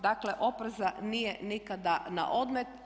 Dakle, opreza nije nikada na odmet.